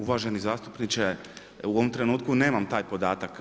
Uvaženi zastupniče, u ovom trenutku nemam taj podatak.